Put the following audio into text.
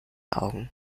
augen